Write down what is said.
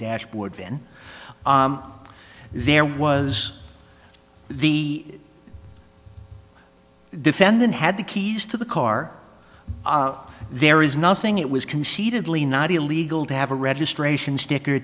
dashboard then there was the defendant had the keys to the car there is nothing it was concededly not illegal to have a registration sticker